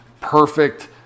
perfect